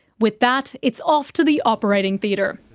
with that, it's off to the operating theatre.